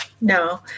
No